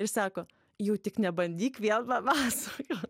ir sako jau tik nebandyk vėl papasakot